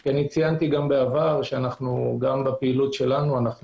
כי ציינו בעבר שבפעילות שלנו אנחנו